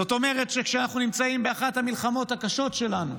זאת אומרת כשאנחנו נמצאים באחת המלחמות הקשות שלנו,